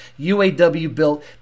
UAW-built